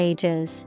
Ages